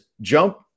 jump